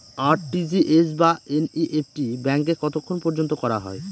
RTGS বা NEFT ব্যাংকে কতক্ষণ পর্যন্ত করা যায়?